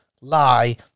lie